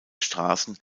straßen